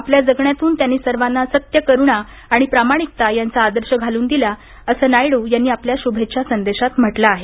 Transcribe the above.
आपल्या जगण्यातून त्यांनी सर्वांना सत्य करुणाआणि प्रामाणिकता यांचा आदर्श घालून दिला असं नायडू यांनी आपल्या शुभेच्छा संदेशात म्हटलं आहे